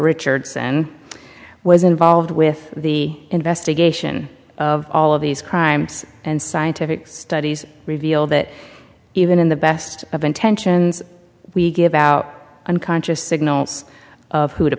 richardson was involved with the investigation of all of these crimes and scientific studies reveal that even in the best of intentions we give out unconscious signals of who to